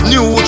New